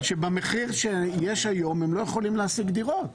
במחיר היום הם לא יכולים להשיג דירות.